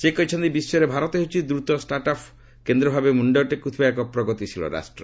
ସେ କହିଛନ୍ତି ବିଶ୍ୱରେ ଭାରତ ହେଉଛି ଦ୍ରତ ଷ୍ଟାର୍ଟ୍ ଅପ୍ କେନ୍ଦ୍ରଭାବେ ମୁଣ୍ଡ ଟେକୁଥିବା ଏକ ପ୍ରଗତିଶୀଳ ରାଷ୍ଟ୍ର